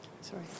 Sorry